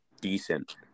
decent